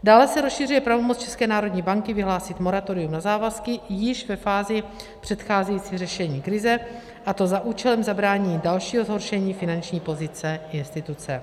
Dále se rozšiřuje pravomoc České národní banky vyhlásit moratorium na závazky již ve fázi předcházející řešení krize, a to za účelem zabránění dalšího zhoršení finanční pozice instituce.